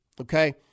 okay